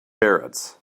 parrots